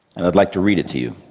and i'd like to read it to you.